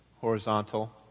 horizontal